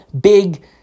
big